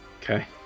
Okay